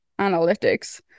Analytics